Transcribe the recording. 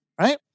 right